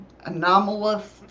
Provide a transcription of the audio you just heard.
anomalous